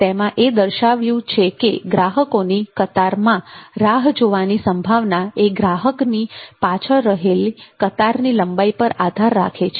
તેમાં એ દર્શાવાયું છે કે ગ્રાહકોની કતારમાં રાહ જોવાની સંભાવના એ ગ્રાહકની પાછળ રહેલી કતારની લંબાઈ પર આધાર રાખે છે